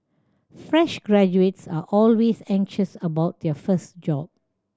fresh graduates are always anxious about their first job